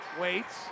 waits